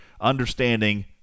understanding